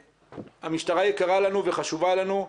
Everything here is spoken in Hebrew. המשטרה יקרה לנו וחשובה לנו,